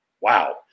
Wow